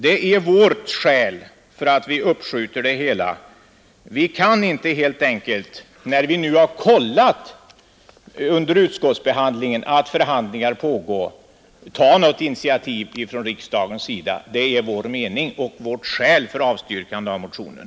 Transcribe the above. Detta är vårt skäl för att uppskjuta det hela. Sedan vi under utskottsarbetet kollat upp att förhandlingar pågår kan vi inte föreslå något initiativ från riksdagen. Det är anledningen till vårt avstyrkande av motionen,